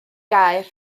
gaer